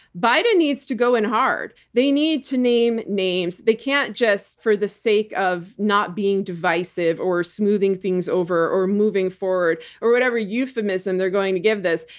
biden needs to go in hard. they need to name names. they can't just, for the sake of not being divisive or smoothing things over or moving forward or whatever euphemism they're going to give this,